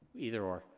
either or,